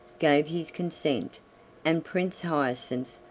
gave his consent and prince hyacinth,